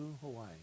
Hawaii